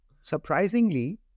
Surprisingly